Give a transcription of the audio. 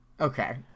Okay